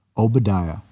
Obadiah